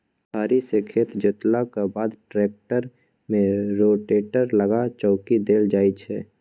फारी सँ खेत जोतलाक बाद टेक्टर मे रोटेटर लगा चौकी देल जाइ छै